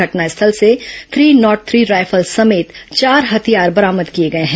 घटनास्थल से three nought three rifle समेत चार हथियार बरामद किए गए हैं